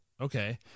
Okay